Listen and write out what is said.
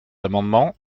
amendements